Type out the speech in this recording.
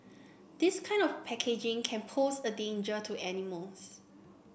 this kind of packaging can pose a danger to animals